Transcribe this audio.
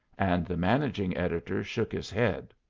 and the managing editor shook his head.